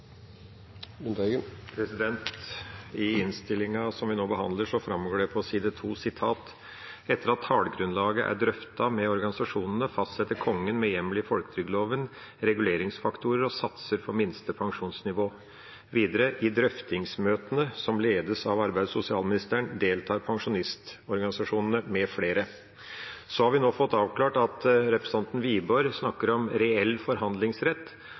med organisasjonene, fastsetter Kongen, med hjemmel i folketrygdloven, reguleringsfaktorer og satser for minste pensjonsnivå.» Videre: «I drøftingsmøtene, som ledes av arbeids- og sosialministeren, deltar» pensjonistorganisasjonene mfl. Vi har nå fått avklart at representanten Wiborg snakker om reell forhandlingsrett,